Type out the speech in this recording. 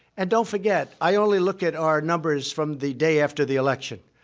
and don't forget, i only look at our numbers from the day after the election,